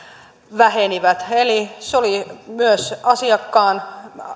vähenivät eli se oli myös asiakkaan